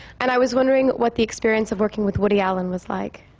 and i was wondering what the experience of working with woody allen was like.